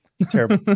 terrible